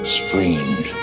strange